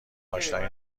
اشنایی